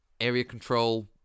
area-control